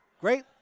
Great